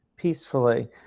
peacefully